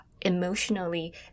emotionally